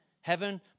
Heaven